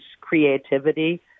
Creativity